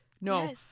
No